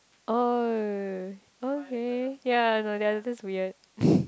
oh okay ya I know ya that's weird